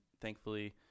thankfully